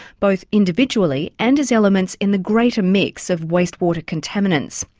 both individually and as elements in the greater mix of waste water contaminants.